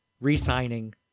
re-signing